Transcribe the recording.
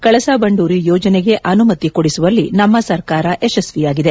ಕಳಸ ಬಂಡೂರಿ ಯೋಜನೆಗೆ ಅನುಮತಿ ಕೊಡಿಸುವಲ್ಲಿ ನಮ್ಮ ಸರ್ಕಾರ ಯಶಸ್ವಿಯಾಗಿದೆ